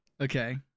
Okay